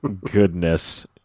Goodness